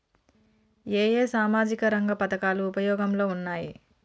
ఏ ఏ సామాజిక రంగ పథకాలు ఉపయోగంలో ఉన్నాయి?